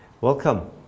welcome